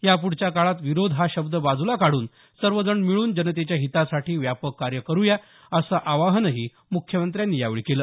याप्रढच्या काळात विरोध हा शब्द बाजूला काढून सर्वजण मिळून जनतेच्या हितासाठी व्यापक कार्य करुया असं आवाहनही मुख्यमंत्र्यांनी यावेळी केलं